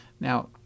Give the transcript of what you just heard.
Now